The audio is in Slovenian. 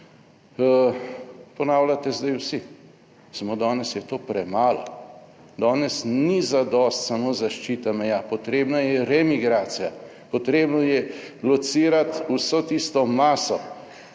ponavljate zdaj vsi, samo danes je to premalo. Danes ni zadosti samo zaščita meja, potrebna je remigracija. Potrebno je locirati vso tisto maso